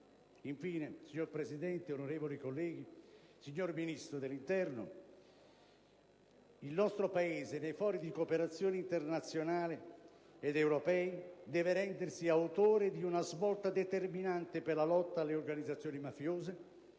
Infine, signora Presidente, onorevoli colleghi, signor Ministro dell'interno, il nostro Paese nei fori di cooperazione internazionale ed europea deve rendersi autore di una svolta determinante per la lotta alle organizzazioni mafiose,